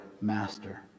master